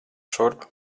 šurp